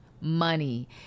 money